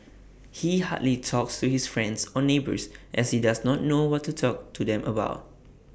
he hardly talks to his friends or neighbours as he does not know what to talk to them about